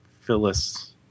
Phyllis